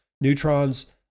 Neutron's